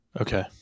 Okay